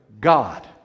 God